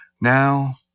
Now